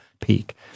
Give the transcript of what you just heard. peak